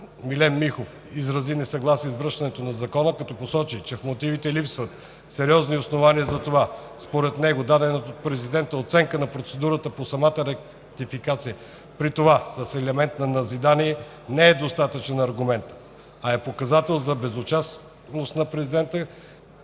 Милен Михов изрази несъгласие с връщането на Закона, като посочи, че в мотивите липсват сериозните основания за това. Според него дадената от президента оценка на процедурата по самата ратификация, при това с елемент на назидание, не е достатъчен аргумент, а е показател за безучастност на президента,